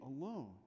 alone